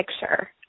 picture